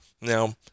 now